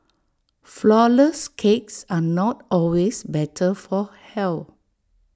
Flourless Cakes are not always better for health